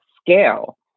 scale